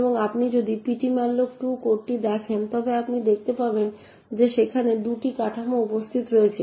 এবং আপনি যদি ptmalloc2 কোডটি দেখেন তবে আপনি দেখতে পাবেন যে সেখানে 2টি কাঠামো উপস্থিত রয়েছে